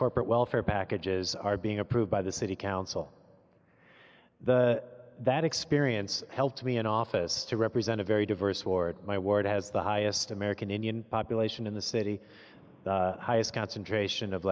corporate welfare packages are being approved by the city council the that experience helped me in office to represent a very diverse ward my ward has the highest american indian population in the city the highest concentration of